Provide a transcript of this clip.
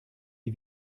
die